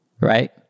right